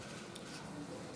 (חותם